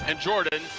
and jordan,